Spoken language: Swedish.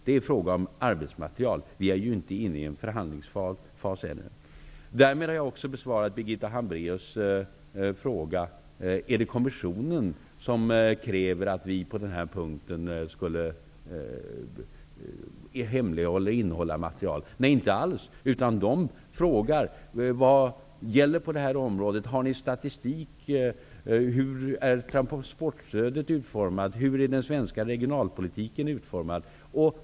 Det är fråga om arbetsmaterial. Vi är ännu inte inne i en förhandlingsfas. Därmed har jag också besvarat Birgitta Hambraeus fråga om det är kommissionen som kräver att vi skall hemlighålla material. Så är det alltså inte. Kommissionen frågar vad som gäller på ett visst område och om vi har någon statistik. Frågorna kan gälla hur transportstödet eller den svenska regionalpolitiken är utformade.